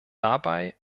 dabei